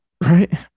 Right